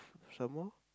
some more